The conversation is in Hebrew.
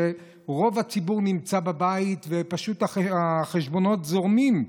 שרוב הציבור נמצא בבית ופשוט החשבונות זורמים,